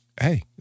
Hey